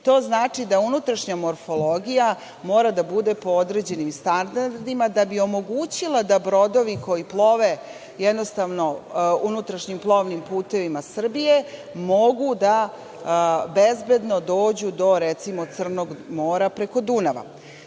To znači da unutrašnja morfologija mora da bude po određenim standardima da bi omogućila da brodovi koji plove unutrašnjim plovnim putevima Srbije mogu da bezbedno dođu do, recimo, Crnog mora preko Dunava.